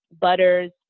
butters